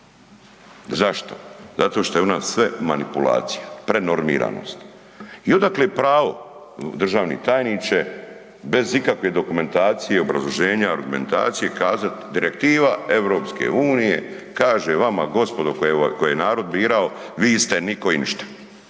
Zašto? Zato što je u nas sve manipulacija, prenormiranost. I odakle pravo, državni tajniče, bez ikakve dokumentacije, obrazloženja, argumentacije, kazati, direktiva EU kaže vama, gospodo koje je narod birao, vi ste nitko i ništa.